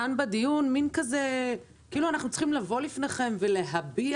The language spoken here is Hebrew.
כאן בדיון כאילו אנחנו צריכים לבוא לפניכם ולהביע